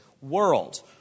world